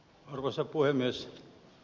arvoisa puhemies